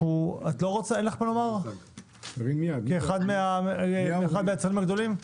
אין לך מה לומר כאחד היצרנים הגדולים?